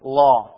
law